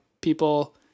people